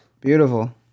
Beautiful